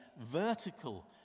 vertical